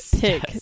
pick